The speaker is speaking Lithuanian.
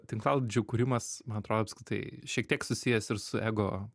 tinklalaidžių kūrimas man atrodo apskritai šiek tiek susijęs ir su ego